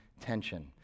tension